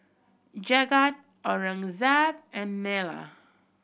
Jagat Aurangzeb and Neila